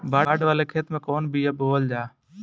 बाड़ वाले खेते मे कवन बिया बोआल जा?